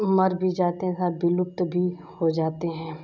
मर भी जाते हैं और विलुप्त भी हो जाते हैं